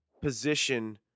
position